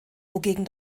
wogegen